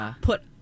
put